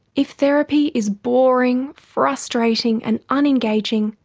if therapy is boring, frustrating and unengaging,